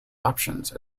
options